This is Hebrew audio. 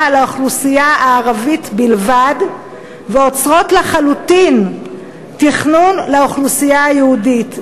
לאוכלוסייה הערבית בלבד ועוצרות לחלוטין תכנון לאוכלוסייה היהודית.